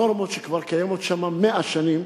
נורמות שקיימות כבר מאה שנים,